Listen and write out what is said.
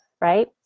right